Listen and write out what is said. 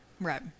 Right